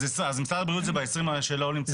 אז משרד הבריאות זה ב-20 האלה שלא נמצאים?